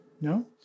No